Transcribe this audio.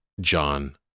John